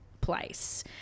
place